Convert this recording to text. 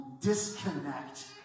disconnect